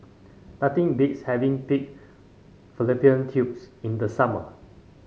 nothing beats having Pig Fallopian Tubes in the summer